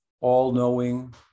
all-knowing